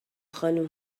خانوم